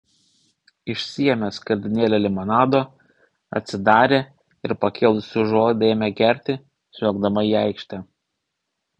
išsiėmė skardinėlę limonado atsidarė ir pakėlusi užuolaidą ėmė gerti žvelgdama į aikštę